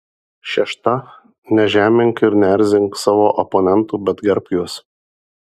šešta nežemink ir neerzink savo oponentų bet gerbk juos